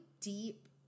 deep